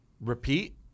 repeat